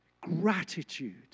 Gratitude